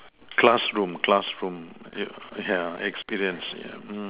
classroom classroom ye~ yeah experience yeah mm